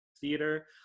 theater